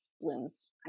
blooms